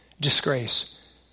disgrace